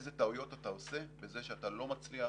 איזה טעויות אתה עושה בזה שאתה לא מצליח